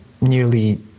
nearly